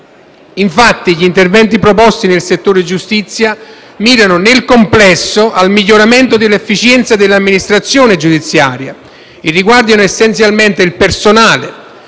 bilancio: gli interventi proposti nel settore giustizia mirano nel complesso al miglioramento dell'efficienza dell'amministrazione giudiziaria e riguardano essenzialmente il personale,